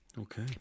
Okay